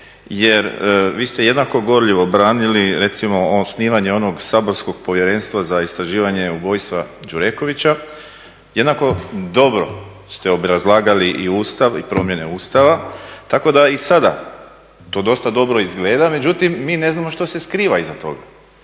jer vi ste jednako gorljivo branili recimo snimanje onog saborskog Povjerenstva za istraživanje ubojstva Đurekovića, jednako dobro ste obrazlagali i Ustav i promjene Ustava tako da i sada to dosta dobro izgleda, međutim mi ne znamo što se skriva iza toga,